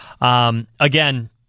Again